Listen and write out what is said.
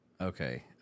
Okay